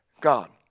God